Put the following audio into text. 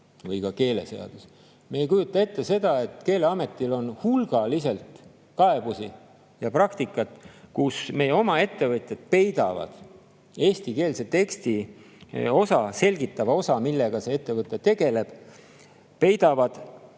siin riigis, ei kujuta ette – seda, et Keeleametil on hulgaliselt kaebusi ja praktikat, kus meie oma ettevõtjad peidavad ära eestikeelse tekstiosa, selgitava osa, millega see ettevõte tegeleb. Peidavad,